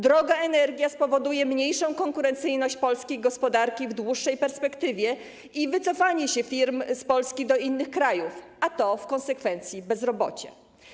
Droga energia spowoduje mniejszą konkurencyjność polskiej gospodarki w dłuższej perspektywie i wycofanie się firm z Polski do innych krajów, a to w konsekwencji bezrobocie.